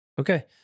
Okay